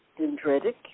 dendritic